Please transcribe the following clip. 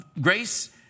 grace